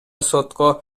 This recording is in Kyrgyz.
сотко